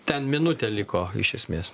ten minutė liko iš esmės